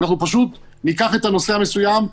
אנחנו פשוט ניקח את הנושא המסוים,